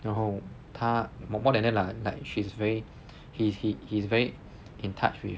然后他 more than that lah like he's very he he he's very in touch with